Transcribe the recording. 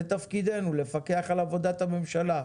זה תפקידנו, לפקח על עבודת הממשלה.